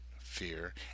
fear